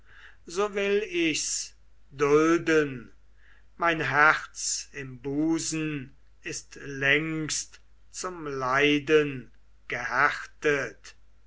so will ich's dulden mein herz im busen ist längst zum leiden gehärtet